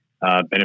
benefit